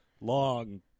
long